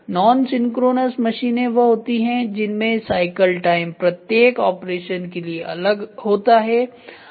non synchronous मशीनें वह होती है जिनमें साइकिल टाइम प्रत्येक ऑपरेशन के लिए अलग होता है